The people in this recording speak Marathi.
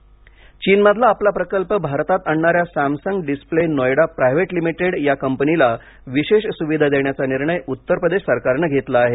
उत्तर प्रदेश सॅमसंग चीनमधला आपला प्रकल्प भारतात आणणाऱ्या Samsung display Noida private limited या कंपनीला विशेष सुविधा देण्याचा निर्णय उत्तरप्रदेश सरकारनं घेतला आहे